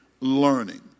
learning